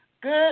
Good